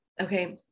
okay